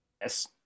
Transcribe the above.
yes